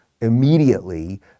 immediately